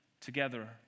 together